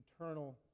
eternal